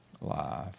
life